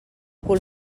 cul